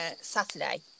Saturday